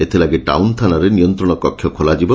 ଏଥିଲାଗି ଟାଉନ୍ଥାନାରେ ନିୟନ୍ତଣ କକ୍ଷ ଖୋଲାଯିବ